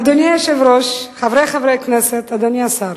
אדוני היושב-ראש, חברי חברי הכנסת, אדוני השר,